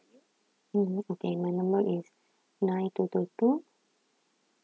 mm okay my number is nine two two two